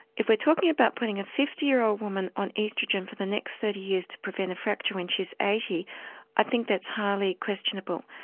if we're talking about putting a fifty year old woman on oestrogen for the next thirty years to prevent a fracture when she's eighty i think that's highly questionable.